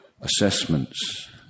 assessments